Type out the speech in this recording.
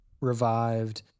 revived